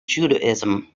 judaism